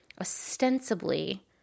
ostensibly